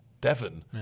Devon